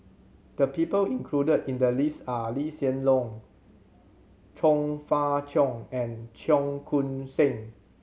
the people included in the list are Lee Hsien Loong Chong Fah Cheong and Cheong Koon Seng